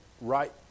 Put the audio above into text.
right